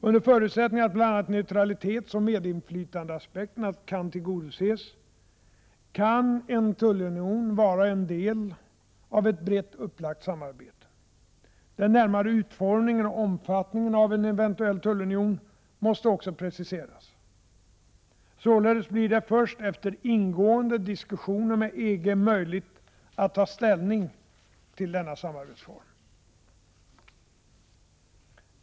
Under förutsättning att bl.a. neutralitetsoch medinflytandeaspekterna kan tillgodoses kan en tullunion vara en del av ett brett upplagt samarbete. Den närmare utformningen och omfattningen av en eventuell tullunion måste också preciseras. Således blir det först efter ingående diskussioner med EG möjligt att ta ställning till denna samarbetsform.